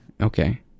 Okay